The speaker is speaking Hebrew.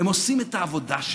הם עושים את העבודה שלהם.